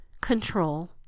control